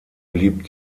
blieb